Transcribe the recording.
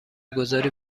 گذاری